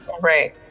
right